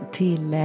till